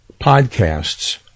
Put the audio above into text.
podcasts